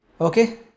Okay